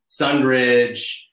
Sunridge